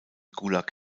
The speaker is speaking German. gulag